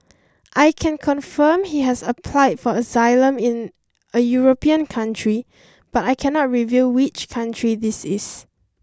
I can confirm he has applied for asylum in a European country but I cannot reveal which country this is